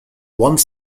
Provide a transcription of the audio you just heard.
one